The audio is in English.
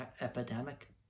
epidemic